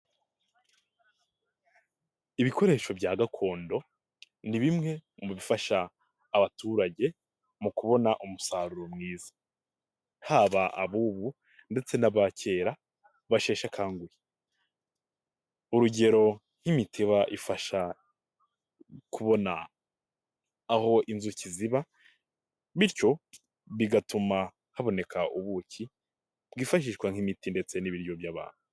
Ibikoresho bya gakondo, ni bimwe mu bifasha abaturage mu kubona umusaruro mwiza, haba ab'ubu ndetse n'aba kera, basheshe akanguhe, urugero nk'imitiba ifasha kubona aho inzuki ziba bityo bigatuma, haboneka ubuki, bwifashishwa nk'imiti ndetse n'ibiryo by'abantu.